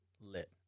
lit